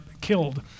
killed